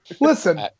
Listen